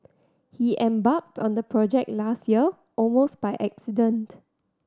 he embarked on the project last year almost by accident